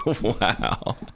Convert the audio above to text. Wow